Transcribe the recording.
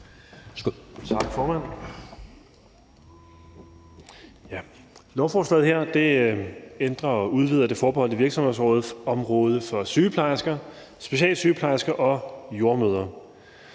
Tak, formand. Lovforslaget her ændrer og udvider det virksomhedsområde, der er forbeholdt sygeplejersker, specialsygeplejersker og jordemødre.